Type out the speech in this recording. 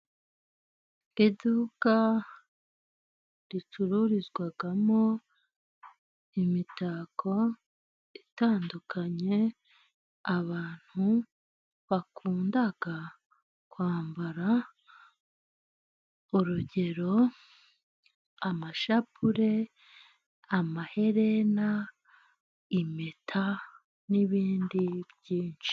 Iduka ricururizwamo imitako itandukanye, abantu bakunda kwambara urugero amashapure, amaherena, impeta n'ibindi byinshi.